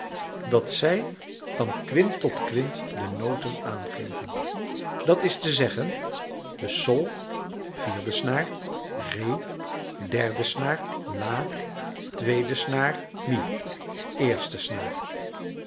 dat zij van quint tot quint de noten aangeven dat is te zeggen de sol vierde snaar ré derde snaar la tweede snaar mi eerste snaar